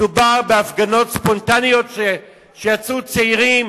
מדובר בהפגנות ספונטניות של צעירים